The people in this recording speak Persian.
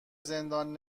زندان